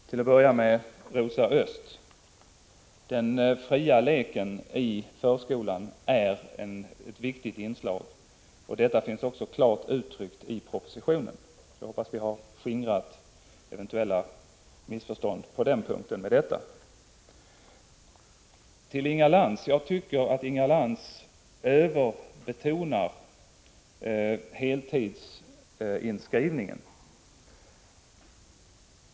Herr talman! Till att börja med, Rosa Östh, är den fria leken i förskolan ett viktigt inslag, och detta finns klart uttryckt i propositionen. Jag hoppas att vi har skingrat eventuella missförstånd på den punkten med detta. Till Inga Lantz vill jag säga att jag tycker att Inga Lantz överbetonar heltidsinskrivningen.